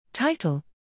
Title